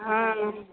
हँ